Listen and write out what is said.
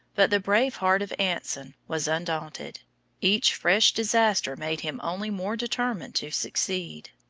but the brave heart of anson was undaunted each fresh disaster made him only more determined to succeed.